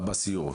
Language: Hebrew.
בסיור.